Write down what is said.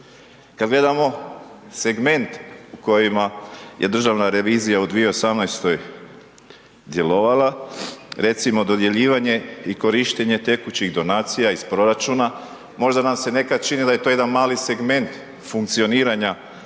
Kad gledamo segment u kojima je Državna revizija u 2018. djelovala, recimo dodjeljivanje i korištenje tekućih donacija iz proračuna, možda nam se nekad čini da je to jedan mali segment funkcioniranja